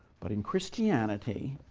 but in christianity,